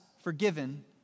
forgiven